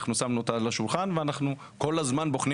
אנחנו שמנו אותה על השולחן ואנחנו כל הזמן בוחנים